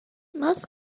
most